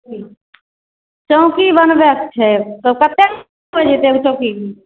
हूँ चौकी बनबैक छै तऽ कते पैड़ि जेतै ओहि चौकी